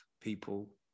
people